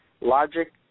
logic